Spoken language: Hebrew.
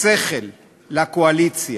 שכל לקואליציה,